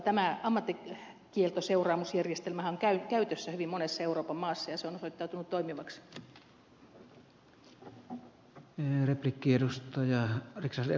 tämä ammattikieltoseuraamusjärjestelmähän on käytössä hyvin monessa euroopan maassa ja se on osoittautunut toimivaksi